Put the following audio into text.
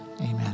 Amen